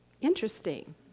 interesting